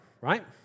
Right